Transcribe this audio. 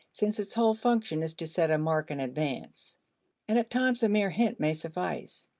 since its whole function is to set a mark in advance and at times a mere hint may suffice.